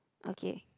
okay